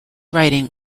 writing